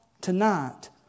tonight